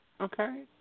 Okay